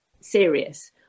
serious